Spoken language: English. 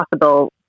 possible